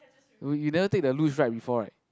oh you never take the luge ride before right